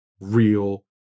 real